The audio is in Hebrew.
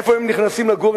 לאן הם נכנסים לגור?